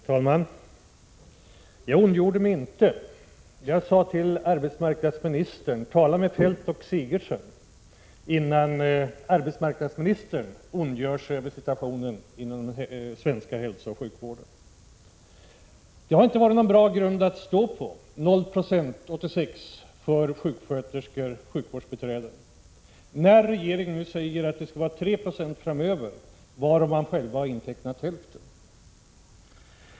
Herr talman! Jag ondgjorde mig inte över något. Jag sade till arbetsmarknadsministern: Tala med Feldt och Sigurdsen innan arbetsmarknadsministern ondgör sig över situationen inom den svenska hälsooch sjukvården. 0 90 i löneökning för 1986 för sjuksköterskor och sjukvårdsbiträden har inte varit någon bra grund att stå på, när regeringen säger att det skall ske en ökning med 3 20 framöver — varav den själv intecknat hälften.